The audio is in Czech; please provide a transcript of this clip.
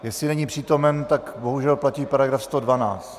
Jestli není přítomen, tak bohužel platí § 112.